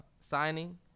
signing